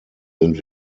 sind